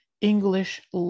English